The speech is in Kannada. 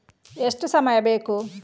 ಎಷ್ಟು ಸಮಯ ಬೇಕು?